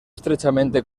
estrechamente